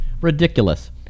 Ridiculous